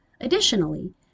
Additionally